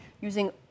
using